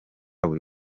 buri